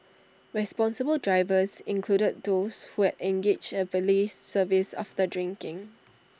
responsible drivers included those who had engaged A valet service after drinking